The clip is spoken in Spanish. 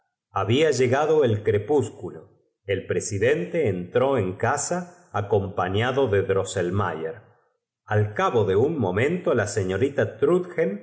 habla llegado el crepúsculo el presi pero el padrino drosselmayer sondente entró en casa acompañado de dros riendo de un modo singular cogió á maselmayer al cabo de un momento la se